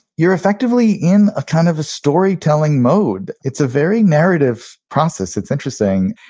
you're effectively in a kind of a story telling mode. it's a very narrative process it's interesting.